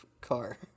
Car